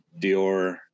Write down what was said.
Dior